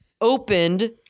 opened